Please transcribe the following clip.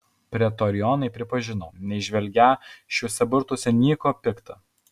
pretorionai pripažino neįžvelgią šiuose burtuose nieko pikta